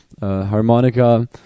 harmonica